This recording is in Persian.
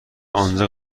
آنجا